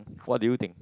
what do you think